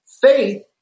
Faith